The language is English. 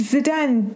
Zidane